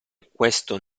questo